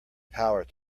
power